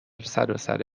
سراسر